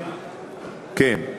כן.